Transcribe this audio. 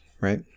right